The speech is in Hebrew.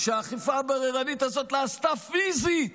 שהאכיפה הבררנית הזאת נעשתה פיזית